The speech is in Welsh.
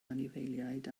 anifeiliaid